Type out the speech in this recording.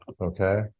okay